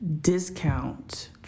discount